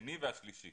השני והשלישי